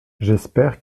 j’espère